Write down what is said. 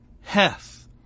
Heth